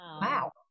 wow